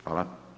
Hvala.